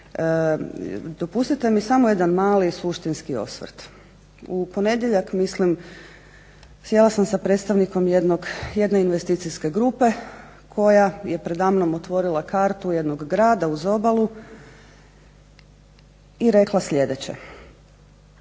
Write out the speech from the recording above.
dopustite mi samo jedan mali suštinski osvrt. U ponedjeljak mislim sjela sam sa predstavnikom jedne investicijske grupe koja je predamnom otvorila kartu jednog grada uz obalu i rekla sljedeće,